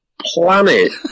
planet